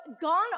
gone